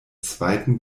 zweiten